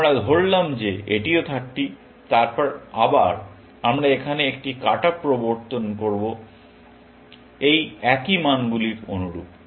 আমরা ধরলাম যে এটিও 30 তারপর আবার আমরা এখানে একটি কাট অফ প্রবর্তন করব এই একই মানগুলির অনুরূপ